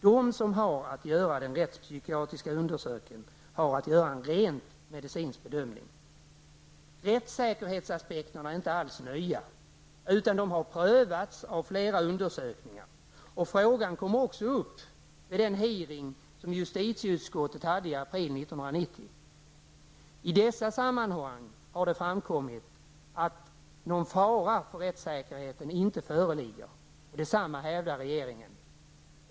De som har att göra den rättspsykiatriska undersökningen har att göra en rent medicinsk bedömning. Rättssäkerhetsaspekterna är inte alls nya. De har prövats vid flera undersökningar. Frågan kom också upp vid justitieutskottets utfrågning i april 1990. I dessa sammanhang har det framkommit att någon fara för rättssäkerheten inte föreligger, och detsamma hävdar regeringen.